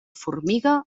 formiga